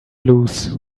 lose